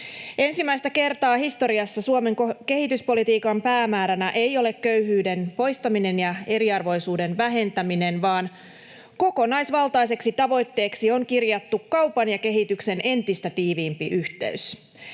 Ensimmäistä kertaa historiassa Suomen kehityspolitiikan päämääränä ei ole köyhyyden poistaminen ja eriarvoisuuden vähentäminen, vaan kokonaisvaltaiseksi tavoitteeksi on kirjattu "kaupan ja kehityksen entistä tiiviimpi yhteys".